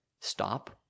stop